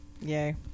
yay